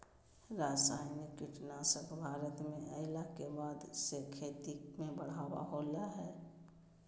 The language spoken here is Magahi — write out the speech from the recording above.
रासायनिक कीटनासक भारत में अइला के बाद से खेती में बढ़ावा होलय हें